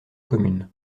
communes